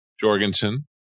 Jorgensen